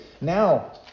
Now